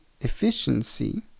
efficiency